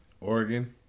Oregon